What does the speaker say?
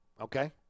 okay